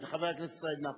כן, חבר הכנסת סעיד נפאע.